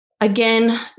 Again